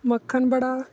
ਮੱਖਣ ਬੜਾ